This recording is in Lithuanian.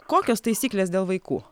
kokios taisyklės dėl vaikų